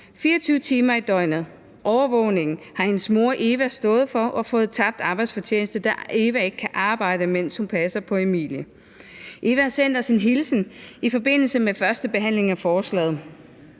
24 timer i døgnet. Overvågningen har hendes mor, Eva, stået for, og hun har fået tabt arbejdsfortjeneste, da hun ikke kan arbejde, mens hun passer på Emilie. Eva har sendt os en hilsen i forbindelse med førstebehandlingen af forslaget: